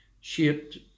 shaped